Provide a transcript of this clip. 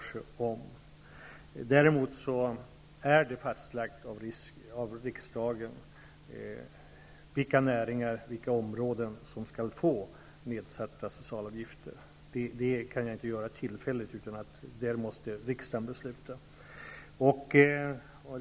Däremot är det fastlagt av riksdagen vilka näringar och vilka områden som skall medges nedsatta socialavgifter. Det kan inte göras tillfälligt, utan det måste riksdagen besluta om.